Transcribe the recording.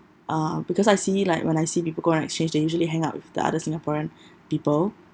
uh because I see like when I see people go on exchange they usually hang out with the other singaporean people